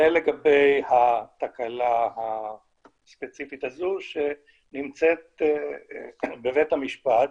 זה לגבי התקלה הספציפית הזו שנמצאת בבית המשפט,